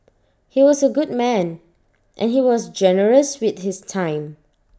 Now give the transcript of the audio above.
he was A good man and he was generous with his time